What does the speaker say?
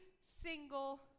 single